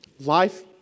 Life